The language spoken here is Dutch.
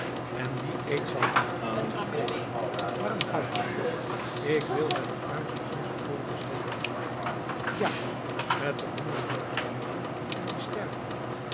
en dien eed zal ook ik niet verbreken maar hem houden ik wil met den armsten onzer poorters hongerlijden ja met den hongerdood kampen en dien sterven